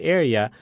area